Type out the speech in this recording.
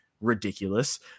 ridiculous